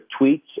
tweets